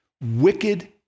wicked